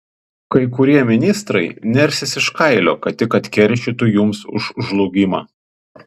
kai kurie ministrai nersis iš kailio kad tik atkeršytų jums už žlugimą